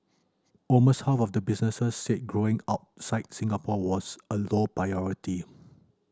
almost half the businesses said growing outside Singapore was a low priority